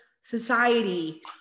society